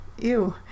Ew